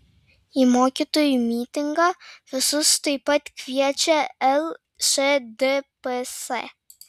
į mokytojų mitingą visus taip pat kviečia lšdps